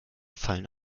fallen